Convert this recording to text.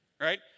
Right